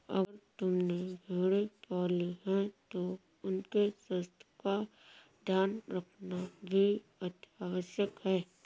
अगर तुमने भेड़ें पाली हैं तो उनके स्वास्थ्य का ध्यान रखना भी अतिआवश्यक है